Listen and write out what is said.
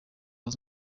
azi